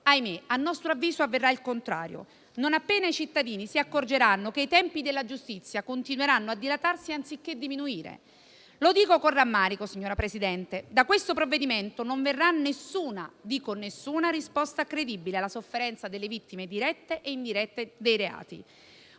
a nostro avviso avverrà il contrario, non appena i cittadini si accorgeranno che i tempi della giustizia continueranno a dilatarsi anziché diminuire. Lo dico con rammarico, signora Presidente: da questo provvedimento non verrà nessuna (dico nessuna) risposta credibile alla sofferenza delle vittime dirette e indirette dei reati.